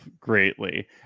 greatly